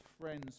friends